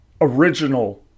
original